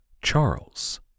Charles